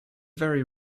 very